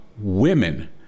women